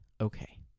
okay